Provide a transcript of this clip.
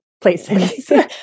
places